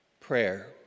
Prayer